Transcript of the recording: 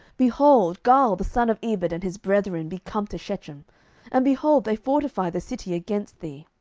behold, gaal the son of ebed and his brethren be come to shechem and, behold, they fortify the city against thee.